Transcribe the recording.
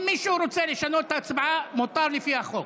אם מישהו רוצה לשנות הצבעה, מותר לפי החוק.